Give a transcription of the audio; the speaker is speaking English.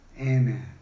amen